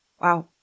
Wow